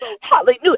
hallelujah